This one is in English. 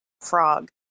frog